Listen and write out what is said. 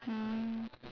mm